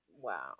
wow